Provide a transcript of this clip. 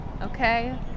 okay